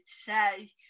say